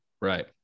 right